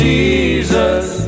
Jesus